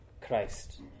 Christ